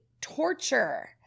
torture